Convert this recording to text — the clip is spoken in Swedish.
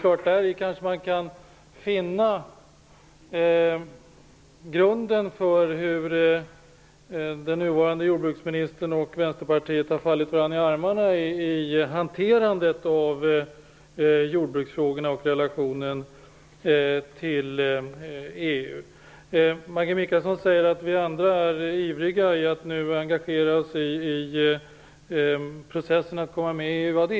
Däri kanske man kan finna grunden för hur den nuvarande jordbruksministern och Vänsterpartiet har fallit varandra i armarna i hanterandet av jordbruksfrågorna och relationen till Maggi Mikaelsson säger att vi andra här nu är ivriga att engagera oss i processen för ett inträde i EU.